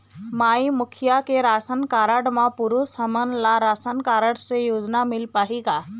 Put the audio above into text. माई मुखिया के ration card म पुरुष हमन ला राशन कारड से योजना मिल पाही का?